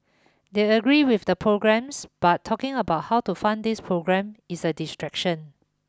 they agree with the programmes but talking about how to fund these programmes is a distraction